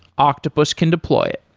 octopus can deploy it.